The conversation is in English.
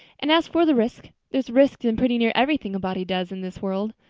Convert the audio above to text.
and as for the risk, there's risks in pretty near everything a body does in this world.